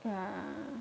yeah